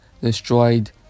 destroyed